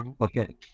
Okay